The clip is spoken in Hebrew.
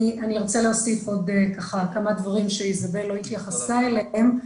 ארצה להוסיף כמה דברים שאיזבל לא התייחסה אליהם,